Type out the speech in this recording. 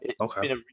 okay